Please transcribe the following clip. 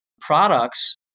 products